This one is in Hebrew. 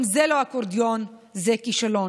גם זה לא אקורדיון, זה כישלון.